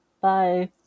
Bye